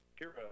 Kira